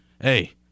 Hey